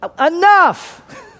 Enough